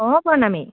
অঁ প্ৰণামী